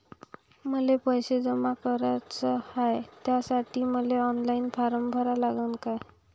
मले पैसे जमा कराच हाय, त्यासाठी मले ऑनलाईन फारम भरा लागन का?